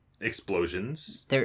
explosions